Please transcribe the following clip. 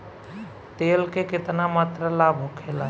तेल के केतना मात्रा लाभ होखेला?